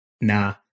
Nah